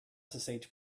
ssh